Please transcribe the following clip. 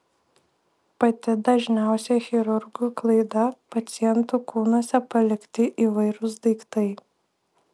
pati dažniausia chirurgų klaida pacientų kūnuose palikti įvairūs daiktai